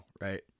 right